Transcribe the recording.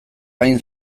hain